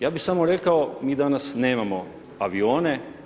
Ja bih samo rekao, mi danas nemamo avione.